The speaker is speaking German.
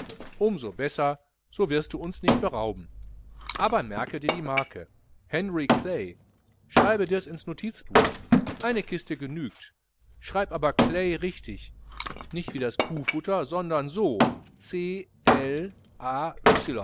so besser so wirst du uns nicht berauben aber merke dir die marke henry clay schreib dirs ins notizbuch eine kiste genügt schreib aber clay richtig nicht wie das kuhfutter sondern so c l a